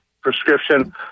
prescription